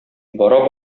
бара